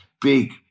big